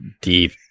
deep